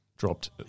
Dropped